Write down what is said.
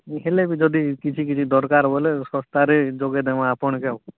ହେଲେବି ଯଦି କିଛି କିଛି ଦରକାର ବୋଲେ ଶସ୍ତାରେ ଯୋଗାଇଦେମୁ ଆପଣକେ ଆଉ